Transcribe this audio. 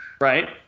Right